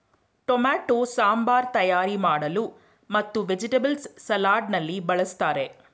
tomato sambar ತಯಾರಿ ಮಾಡಲು ಮತ್ತು ವೆಜಿಟೇಬಲ್ಸ್ ಸಲಾಡ್ ನಲ್ಲಿ ಬಳ್ಸತ್ತರೆ